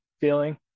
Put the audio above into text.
feeling